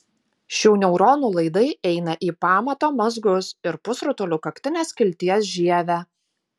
šių neuronų laidai eina į pamato mazgus ir pusrutulių kaktinės skilties žievę